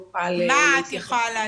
מה את יכולה לעדכן?